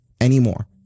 anymore